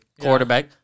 quarterback